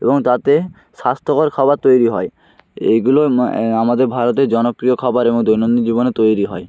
এবং তাতে স্বাস্থ্যকর খাবার তৈরি হয় এগুলো আমাদের ভারতে জনপ্রিয় খাবার এবং দৈনন্দিন জীবনে তৈরি হয়